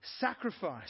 sacrifice